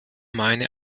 meine